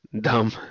Dumb